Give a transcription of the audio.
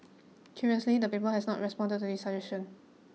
curiously the paper has not responded to this suggestion